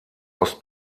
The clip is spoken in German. ost